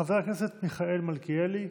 חבר הכנסת מיכאל מלכיאלי,